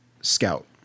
Scout